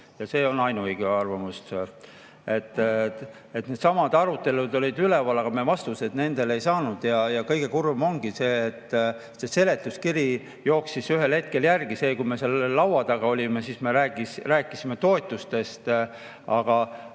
nagu ainuõige arvamus. Needsamad arutelud olid üleval, aga ega me vastuseid ei saanud. Ja kõige kurvem ongi see, et see seletuskiri jooksis ühel hetkel järgi. Kui me seal laua taga olime, siis me rääkisime toetustest. Aga